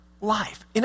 life